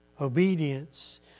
obedience